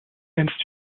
nennst